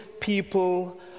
people